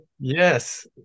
yes